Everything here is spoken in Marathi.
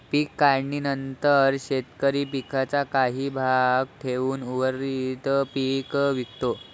पीक काढणीनंतर शेतकरी पिकाचा काही भाग ठेवून उर्वरित पीक विकतो